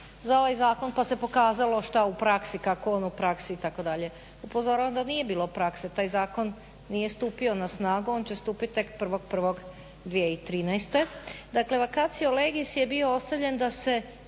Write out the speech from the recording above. za ovaj zakon pa se pokazalo šta u praksi, kako on u praksi itd. Upozoravam da nije bilo prakse. Taj zakon nije stupio na snagu. On će stupit tek 1.1.2013. Dakle, vacatio legis je bio ostavljen da se